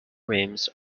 rims